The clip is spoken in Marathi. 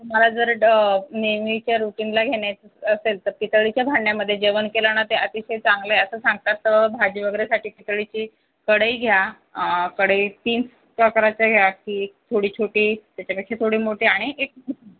तुम्हाला जर ड नेहमीच्या रुटीनला घेण्याचं असेल तर पितळेच्या भांड्यामध्ये जेवण केलं ना ते अतिशय चांगलं आहे असं सांगतात भाजी वगैरेसाठी पितळेची कढई घ्या कढई तीन प्रकाराच्या घ्या की एक थोडी छोटी त्याच्यापेक्षा थोडी मोठी आणि एक